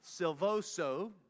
Silvoso